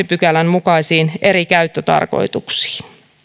pykälän mukaisiin eri käyttötarkoituksiin